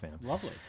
Lovely